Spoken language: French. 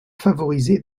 favorisé